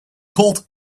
called